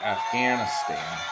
Afghanistan